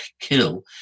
kill